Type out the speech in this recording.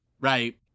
right